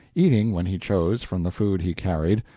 eating when he chose from the food he carried,